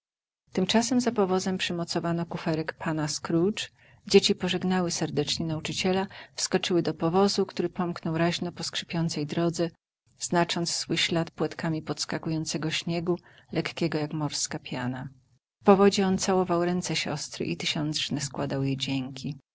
tymczasem za powozem przymocowano kuferek pana scrooge dzieci pożegnały serdecznie nauczyciela wskoczyły do powozu który pomknął raźno po skrzypiącej drodze znacząc swój ślad płatkami podskakującego śniegu lekkiego jak morska piana w powozie on całował ręce siostry i tysiączne składał jej dzięki